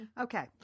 Okay